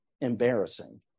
embarrassing